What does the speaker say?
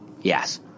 Yes